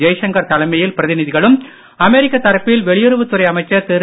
ஜெய்சங்கர் தலைமையில் பிரதிநிதிகளும் அமெரிக்க தரப்பில் வெளியுறவுத் துறை அமைச்சர் திரு